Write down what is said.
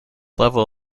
level